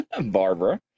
Barbara